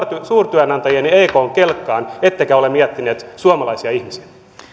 suurtyönantajien ja ekn kelkkaan ettekä ole miettineet suomalaisia ihmisiä